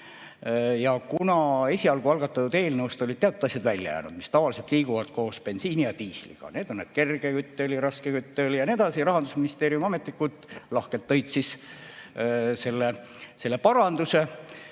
ja kuna esialgu algatatud eelnõust olid teatud asjad välja jäänud, mis tavaliselt liiguvad koos bensiini ja diisliga – need on kerge kütteõli, raske kütteõli jne –, siis Rahandusministeeriumi ametnikud lahkelt tõid selle paranduse,